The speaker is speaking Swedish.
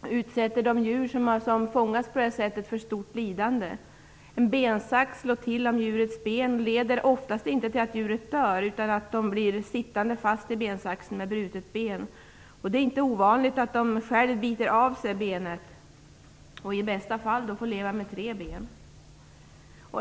som utsätter det djur som har fångats på det sättet för stort lidande. En bensax som slår till om djurets ben leder oftast inte till att djuret dör utan till att det blir sittande fast i bensaxen med brutet ben. Det är inte ovanligt att de själva biter av sig benet och i bästa fall får leva med tre ben.